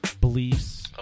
beliefs